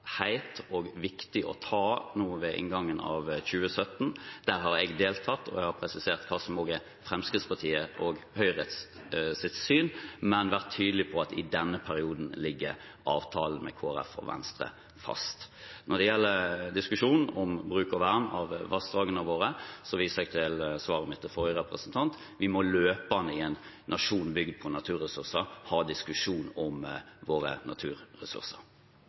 og viktig å ta nå ved inngangen av 2017. Der har jeg deltatt, og jeg har presisert hva som er Fremskrittspartiet og Høyres syn, men vært tydelig på at i denne perioden ligger avtalen med Kristelig Folkeparti og Venstre fast. Når det gjelder diskusjonen om bruk og vern av vassdragene våre, viser jeg til svaret mitt til forrige representant: I en nasjon bygd på naturressurser må vi ha en løpende diskusjon om våre naturressurser.